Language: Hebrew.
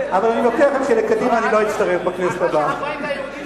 אני מבטיח לכם שלקדימה אני לא אצטרף בכנסת הבאה.